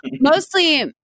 mostly